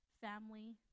family